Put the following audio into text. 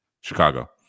Chicago